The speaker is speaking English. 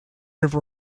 have